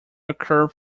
occur